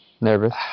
nervous